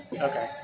Okay